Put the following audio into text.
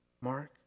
Mark